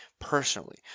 personally